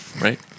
Right